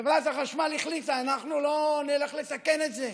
וחברת החשמל החליטה: אנחנו לא נלך לתקן את זה.